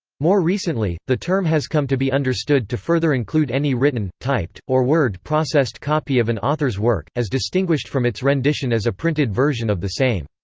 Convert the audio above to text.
more recently, the term has come to be understood to further include any written, typed, or word-processed copy of an author's work, as distinguished from its rendition as a printed version of the same.